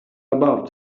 about